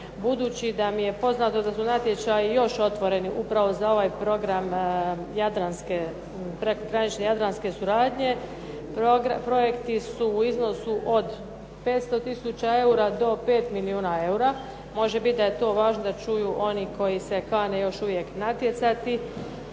budući da mi je poznato da su natječaji još otvoreni upravo za ovaj program jadranske, prekogranične jadranske suradnje. Projekti su u iznosu od 500 tisuća eura do 5 milijuna eura. Može biti da je to važno da čuju oni koji se kane još uvijek natjecati.